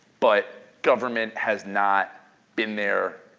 but government has not been there